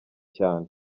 cyane